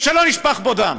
שלא נשפך בו דם,